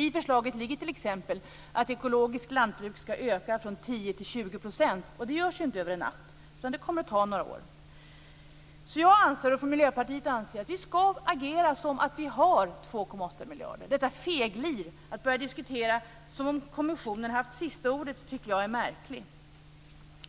I förslaget ligger t.ex. att ekologiskt lantbruk skall öka från 10 % till 20 %. Det görs inte över en natt, utan det kommer att ta några år. Vi från Miljöpartiet anser att vi ska agera som om vi har 2,8 miljarder. Detta feglir att börja diskutera som om kommissionen har haft sista ordet tycker jag är märkligt.